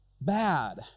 bad